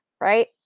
right